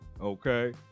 Okay